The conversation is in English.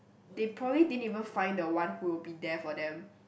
they probably didn't even find the one who will be there for them